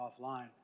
offline